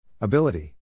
Ability